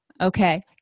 Okay